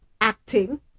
acting